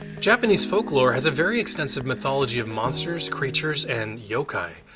japanese folklore has a very extensive mythology of monsters, creatures, and yokai.